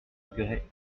grès